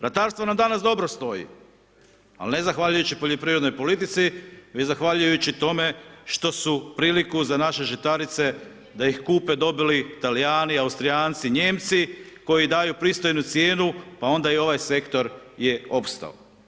Ratarstvo nam danas dobro stoji ali ne zahvaljujući poljoprivrednoj politici već zahvaljujući tome što su priliku za naše žitarice da ih kupe dobili Talijani, Austrijanci, Nijemci, koji daju pristojnu cijenu pa onda i ovaj sektor je opstao.